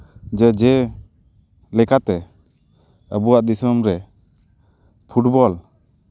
ᱡᱟᱡᱮᱭ ᱞᱮᱠᱟᱛᱮ ᱟᱵᱚᱣᱟᱜ ᱫᱤᱥᱚᱢ ᱨᱮ ᱯᱷᱩᱴᱵᱚᱞ